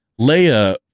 Leia